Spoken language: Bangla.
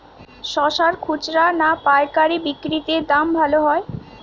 শশার খুচরা না পায়কারী বিক্রি তে দাম ভালো হয়?